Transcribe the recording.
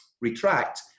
retract